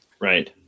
Right